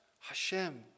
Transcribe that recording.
Hashem